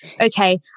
Okay